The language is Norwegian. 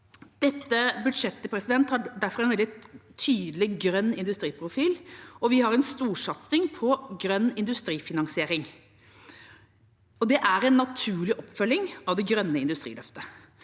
Dette budsjettet har derfor en veldig tydelig grønn industriprofil, og vi har en storsatsing på grønn industrifinansiering. Det er en naturlig oppfølging av det grønne industriløftet.